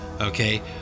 okay